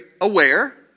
aware